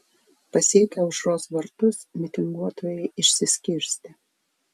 pasiekę aušros vartus mitinguotojai išsiskirstė